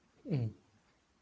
mm